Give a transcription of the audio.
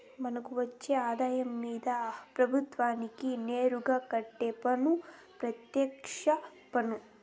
మనకు వచ్చే ఆదాయం మీద ప్రభుత్వానికి నేరుగా కట్టే పన్ను పెత్యక్ష పన్ను